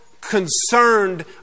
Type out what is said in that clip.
concerned